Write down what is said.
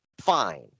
fine